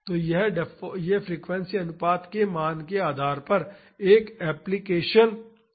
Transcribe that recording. तो यह फ्रीक्वेंसी अनुपात के मान के आधार पर एक एम्पलीफिकेशन या रिडक्शन फैक्टर है